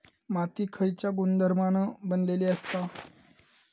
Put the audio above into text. माती खयच्या गुणधर्मान बनलेली असता?